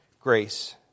Grace